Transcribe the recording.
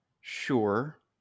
Sure